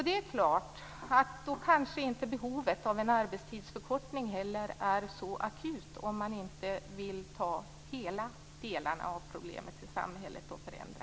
Det är klart att då kanske behovet av en arbetstidsförkortning inte heller är så akut om man inte vill ta alla delar av problemen i samhället och förändra.